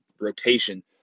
rotation